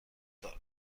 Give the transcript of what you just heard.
دارد